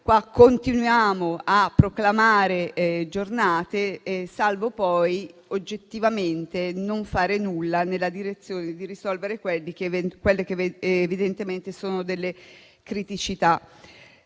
Qui continuiamo a proclamare giornate, salvo poi, oggettivamente, non fare nulla nella direzione di risolvere quelle che, evidentemente, sono delle criticità.